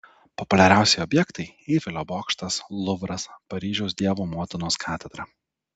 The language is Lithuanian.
populiariausi objektai eifelio bokštas luvras paryžiaus dievo motinos katedra